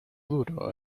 duro